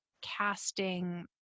casting